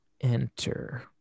Enter